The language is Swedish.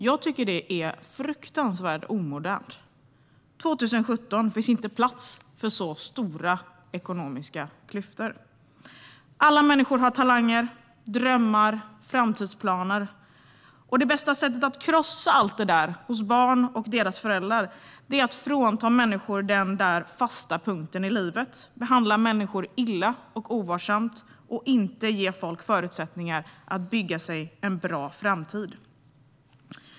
Jag tycker att detta är fruktansvärt omodernt. År 2017 finns det inte plats för så stora ekonomiska klyftor. Alla människor har talanger, drömmar och framtidsplaner. Det bästa sättet att krossa allt detta, hos barn och deras föräldrar, är att frånta människor den fasta punkten i livet, behandla dem illa och ovarsamt och inte ge dem förutsättningar att bygga sig en bra framtid.